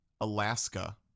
Alaska